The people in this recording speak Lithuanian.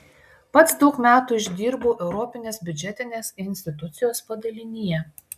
pats daug metų išdirbau europinės biudžetinės institucijos padalinyje